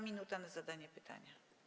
Minuta na zadanie pytania.